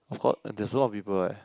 I forgot there's a lot of people eh